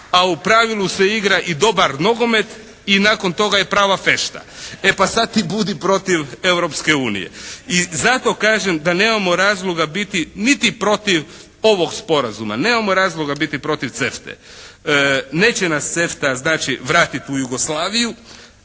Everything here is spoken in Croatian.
a u pravilu se igra i dobar nogomet i nakon toga je prava fešta. E pa sad ti budi protiv Europske unije! I zato kažem da nemamo razloga biti niti protiv ovog sporazuma. Nemamo razloga biti protiv CEFTA-e. Neće nas CEFTA znači vratiti u Jugoslaviju,